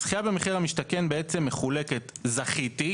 הזכייה במחיר למשתכן מחולקת לשלבים של זכיתי,